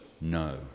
No